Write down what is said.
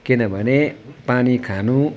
किनभने पानी खानु